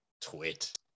twit